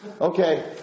Okay